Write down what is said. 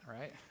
right